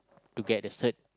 to get a cert